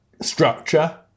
structure